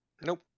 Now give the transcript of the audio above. Nope